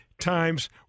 times